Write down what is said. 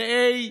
ל-A,